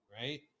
Right